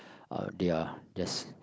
uh they are theirs